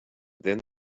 then